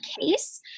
case